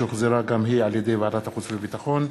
שהוחזרה גם היא על-ידי ועדת החוץ והביטחון.